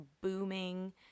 booming